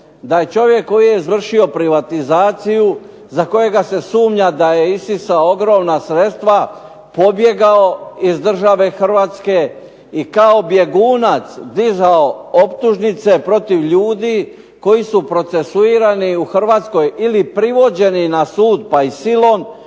da je čovjek koji je izvršio privatizaciju, za kojega se sumnja da je isisao ogromna sredstva, pobjegao iz države Hrvatske i kao bjegunac dizao optužnice protiv ljudi koji su procesuirani u Hrvatskoj ili privođeni na sud, pa i silom,